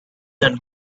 and